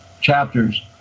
chapters